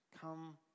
Come